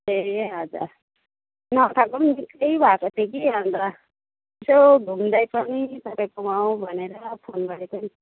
ए हजुर नखाको पनि निकै भएको थियो कि अन्त यसो घुम्दै पनि तपाईँकोमा आउँ भनेर फोन गरेको नि